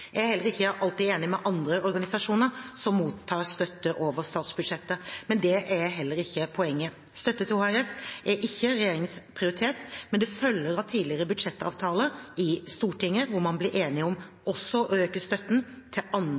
Jeg er heller ikke alltid enig med andre organisasjoner som mottar støtte over statsbudsjettet. Men det er heller ikke poenget. Støtte til HRS er ikke regjeringens prioritet, men følger av tidligere budsjettavtaler i Stortinget, hvor man ble enige om også å øke støtten til andre